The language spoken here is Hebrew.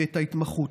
ואת ההתמחות.